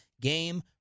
game